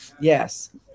Yes